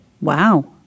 wow